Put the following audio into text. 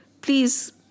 Please